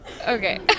Okay